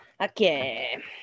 Okay